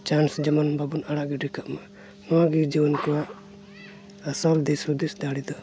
chance ᱡᱮᱢᱚᱱ ᱵᱟᱵᱚᱱ ᱟᱲᱟᱜ ᱜᱤᱰᱤ ᱠᱟᱜ ᱢᱟ ᱱᱚᱣᱟᱜᱮ ᱡᱩᱣᱟᱹᱱ ᱠᱚᱣᱟᱜ ᱟᱥᱚᱞ ᱫᱤᱥ ᱦᱩᱫᱤᱥ ᱫᱟᱲᱮ ᱫᱚ